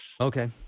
Okay